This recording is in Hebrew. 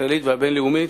הישראלית והבין-לאומית,